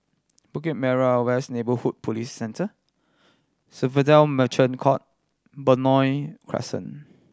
Bukit Merah West Neighbourhood Police Centre Swissotel Merchant Court Benoi Crescent